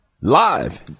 live